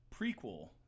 prequel